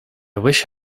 wish